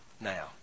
now